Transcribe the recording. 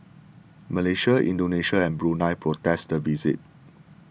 Malaysia Indonesia and Brunei protested the visit